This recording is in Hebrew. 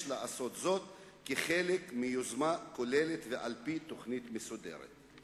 יש לעשות זאת כחלק מיוזמה כוללת ועל-פי תוכנית מסודרת.